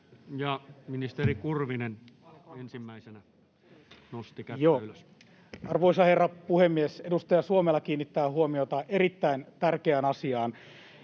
Ministeri Kurvinen ensimmäisenä nosti kätensä ylös. Arvoisa herra puhemies! Edustaja Suomela kiinnittää huomiota erittäin tärkeään asiaan.